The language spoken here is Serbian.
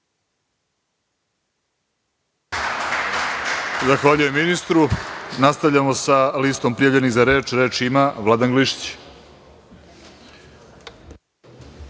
Zahvaljujem ministru. Nastavljamo sa listom prijavljenih za reč. Reč ima narodni